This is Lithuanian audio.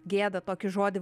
gėda tokį žodį